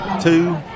two